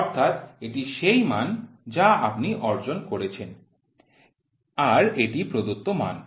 অর্থাৎ এটি সেই মান যা আপনি অর্জন করেছেন আর এটি প্রদত্ত মান